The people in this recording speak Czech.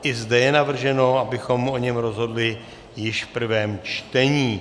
I zde je navrženo, abychom o něm rozhodli již v prvém čtení.